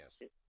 Yes